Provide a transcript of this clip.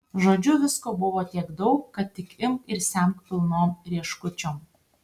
žodžiu visko buvo tiek daug kad tik imk ir semk pilnom rieškučiom